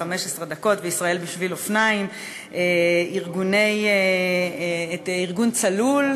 "15 דקות" ו"ישראל בשביל אופניים"; את ארגון "צלול",